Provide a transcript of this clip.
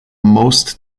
most